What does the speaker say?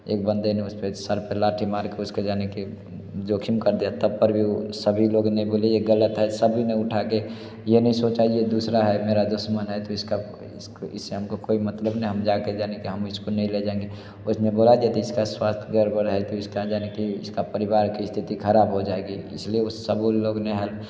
एक बन्दे ने उसके सर पे लाठी मार के उसके जान का जोखिम कर दिया तब पर भी सभी लोग ने बोले कि ये ग़लत है सभी ने उठा के ये नहीं सोचा ये दूसरा है मेरा दुश्मन है तो इसका इस इससे हम को कोई मतलब नहीं हम जा के जाने कि हम इसको नहीं ले जाएंगे और उसने बोला कि इसका स्वास्थ्य गड़बड़ है तो इसका इसका परिवार की स्थिति ख़राब हो जाएगी इसलिए उस सब लोग ने हेल्प